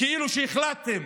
כאילו שהחלטתם